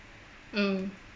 mm